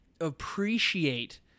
appreciate